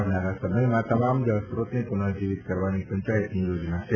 આવનાર સમયમાં તમામ જળસ્ત્રોતને પુનર્જીવીત કરવાની પંચાતયની યોજના છે